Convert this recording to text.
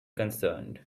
concerned